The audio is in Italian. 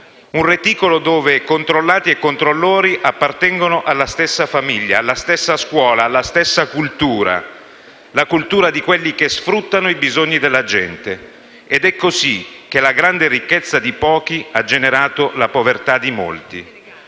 Un reticolo dove controllati e controllori appartengono alla stessa famiglia, alla stessa scuola, alla stessa cultura; la cultura di quelli che sfruttano i bisogni della gente. Ed è così che la grande ricchezza di pochi ha generato la povertà di molti.